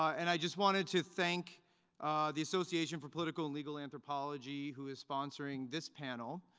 and i just wanted to thank the association for political and legal anthropology, who is sponsoring this panel.